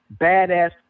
badass